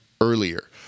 earlier